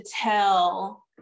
tell